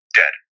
dead